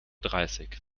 dreißig